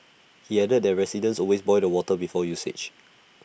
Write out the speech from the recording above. he added that residents always boil the water before usage